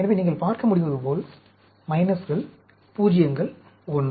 எனவே நீங்கள் பார்க்க முடிவதுபோல் மைனஸ்கள் பூஜ்ஜியங்கள் 1